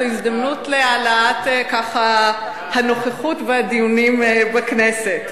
זו הזדמנות להגברת הנוכחות בדיונים בכנסת.